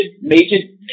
major